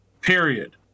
period